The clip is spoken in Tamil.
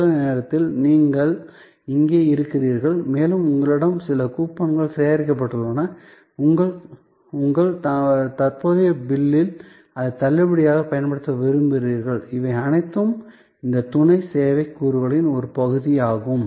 இந்த நேரத்தில் நீங்கள் இங்கே இருக்கிறீர்கள் மேலும் உங்களிடம் சில கூப்பன்கள் சேகரிக்கப்பட்டுள்ளன உங்கள் தற்போதைய பில்லில் அதை தள்ளுபடியாக பயன்படுத்த விரும்புகிறீர்கள் இவை அனைத்தும் இந்த துணை சேவை கூறுகளின் ஒரு பகுதியாகும்